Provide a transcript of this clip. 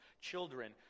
children